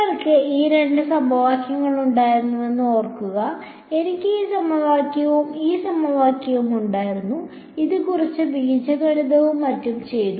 അതിനാൽ ഞങ്ങൾക്ക് ഈ രണ്ട് സമവാക്യങ്ങളുണ്ടായിരുന്നുവെന്ന് ഓർക്കുക അതെ എനിക്ക് ഈ സമവാക്യവും ഈ സമവാക്യവും ഉണ്ടായിരുന്നു അത് കുറച്ച് ബീജഗണിതവും മറ്റും ചെയ്തു